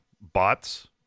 bots